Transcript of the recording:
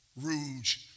Rouge